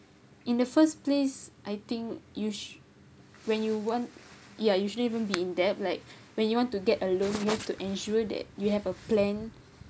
in the first place I think you sh~ when you want you shouldn't even be in debt like when you want to get a loan you have to ensure that you have a plan